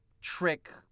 trick